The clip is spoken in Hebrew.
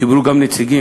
דיברו גם נציגים,